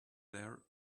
there